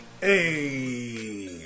hey